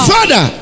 Father